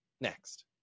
next